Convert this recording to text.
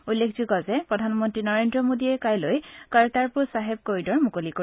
উল্লেখযোগ্য যে প্ৰধানমন্ত্ৰী নৰেন্দ্ৰ মোডীয়ে কাইলৈ কৰ্টাৰপুৰ চাহেব কৰিডৰ মুকলি কৰিব